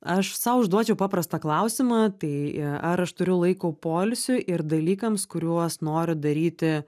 aš sau užduočiau paprastą klausimą tai ar aš turiu laiko poilsiui ir dalykams kuriuos noriu daryti